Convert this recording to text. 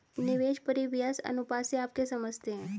निवेश परिव्यास अनुपात से आप क्या समझते हैं?